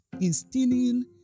instilling